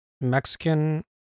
Mexican